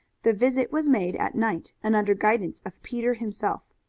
the visit was made at night and under guidance of peter himself.